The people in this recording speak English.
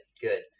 Good